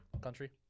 Country